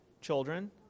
children